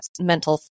mental